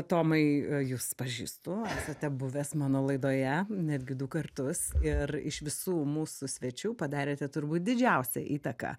tomai jūs pažįstu esate buvęs mano laidoje netgi du kartus ir iš visų mūsų svečių padarėte turbūt didžiausią įtaką